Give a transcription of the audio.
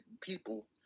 people